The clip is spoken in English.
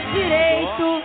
direito